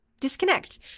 disconnect